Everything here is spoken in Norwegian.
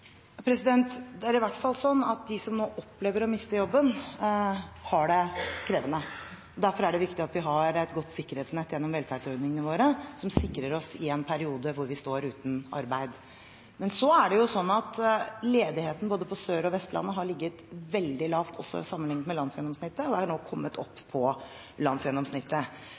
Det er i hvert fall sånn at de som nå opplever å miste jobben, har det krevende. Derfor er det viktig at vi har et godt sikkerhetsnett gjennom velferdsordningene våre, som sikrer oss i en periode hvor vi står uten arbeid. Men så er det jo sånn at ledigheten både på Sør- og Vestlandet har ligget veldig lavt også sammenlignet med landsgjennomsnittet, og er nå kommet opp